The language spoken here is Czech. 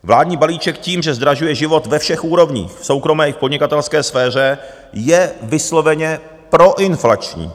Vládní balíček tím, že zdražuje život ve všech úrovních, v soukromé i podnikatelské sféře, je vysloveně proinflační.